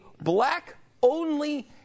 black-only